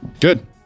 Good